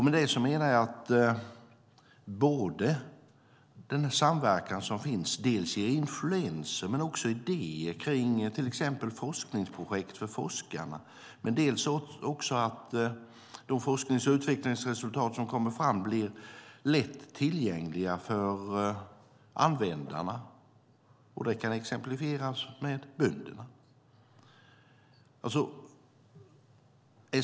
Med det menar jag att den samverkan som finns dels ger influenser och idéer kring forskningsprojekt för forskarna, dels gör att de forsknings och utvecklingsresultat som kommer fram blir lättillgängliga för användarna. Det kan exemplifieras med bönderna.